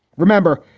remember,